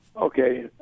Okay